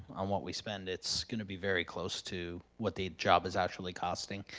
on what we spend, it's gonna be very close to what the job is actually costing.